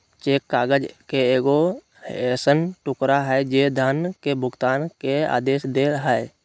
cheque काग़ज़ के एगो ऐसन टुकड़ा हइ जे धन के भुगतान के आदेश दे हइ